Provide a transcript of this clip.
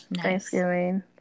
Thanksgiving